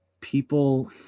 people